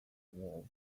world